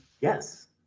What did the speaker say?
yes